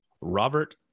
Robert